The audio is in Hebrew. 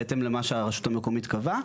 בהתאם למה שהרשות קבעה.